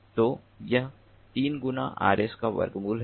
तो यह 3 गुना Rs का वर्गमूल है